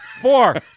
Four